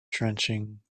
drenching